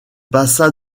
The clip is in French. passa